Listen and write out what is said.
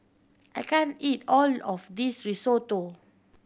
I can't eat all of this Risotto